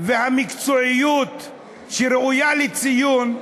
והמקצועיות שראויה לציון,